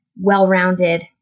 well-rounded